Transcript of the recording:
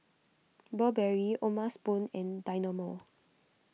Burberry O'ma Spoon and Dynamo